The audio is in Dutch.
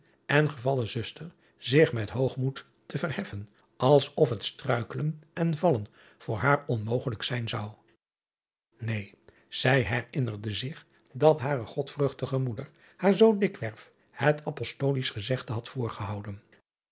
en gevallen zuster zich met hoogmoed te verheffen als of het struikelen en vallen voor haar onmogelijk zijn zou een zij herinnerde zich dat hare godvruchtige moeder haar zoo dikwerf het apostolisch gezegde had voorgehouden